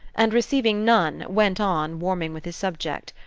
and, receiving none, went on, warming with his subject.